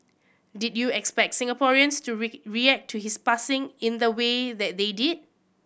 did you expect Singaporeans to react to his passing in the way that they did